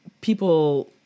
people